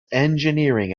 engineering